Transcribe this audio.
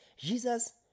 Jesus